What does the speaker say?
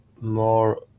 more